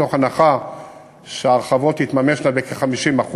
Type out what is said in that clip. מתוך הנחה שההרחבות תתממשנה בכ-50%